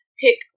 pick